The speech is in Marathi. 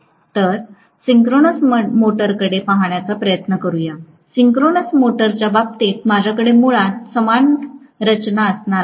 आपण सिंक्रोनस मोटरकडे पाहण्याचा प्रयत्न करूया सिंक्रोनस मोटरच्या बाबतीत माझ्याकडे मुळात समान रचना असणार आहे